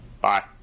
Bye